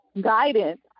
guidance